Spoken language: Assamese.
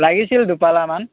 লাগিছিল দুপালামান